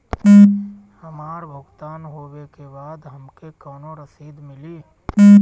हमार भुगतान होबे के बाद हमके कौनो रसीद मिली?